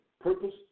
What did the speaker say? purpose